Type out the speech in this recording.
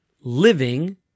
living